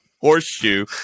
horseshoe